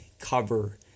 cover